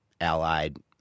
Allied